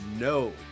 no